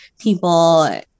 people